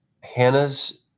Hannah's